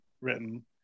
written